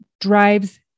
drives